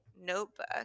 notebook